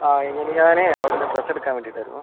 ആ ഞാനേ അവിടുന്നു ഡ്രസ്സ് എടുക്കാൻ വേണ്ടീട്ടായിരുന്നു